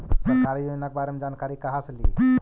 सरकारी योजना के बारे मे जानकारी कहा से ली?